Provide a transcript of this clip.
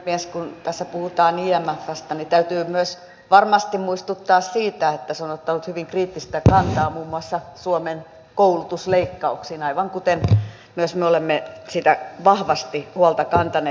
kun tässä puhutaan imfstä niin täytyy varmasti myös muistuttaa siitä että se on ottanut hyvin kriittistä kantaa muun muassa suomen koulutusleikkauksiin aivan kuten myös me olemme siitä vahvasti huolta kantaneet